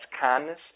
kindness